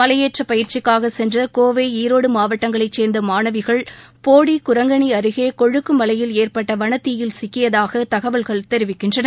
மலையேற்றப் பயிற்சிக்காக சென்ற கோவை ஈரோடு மாவட்டங்களைச் சேர்ந்த மாணவிகள் போடி குரங்கணி அருகே கொழுக்குமலையில் ஏற்பட்ட வனத்தீயில் சிக்கியதாக தகவல்கள் தெரிவிக்கின்றன